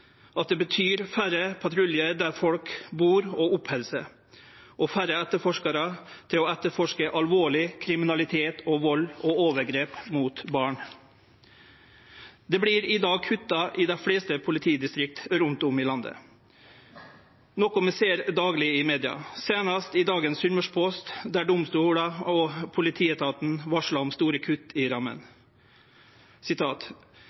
at det betyr færre patruljer der folk bur og oppheld seg, og færre etterforskarar til å etterforske alvorleg kriminalitet og vald og overgrep mot barn. Det vert i dag kutta i dei fleste politidistrikt rundt om i landet, noko vi ser dagleg i media – seinast i dagens Sunnmørsposten, der domstolane og politietaten varsla om store kutt i rammene: